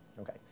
Okay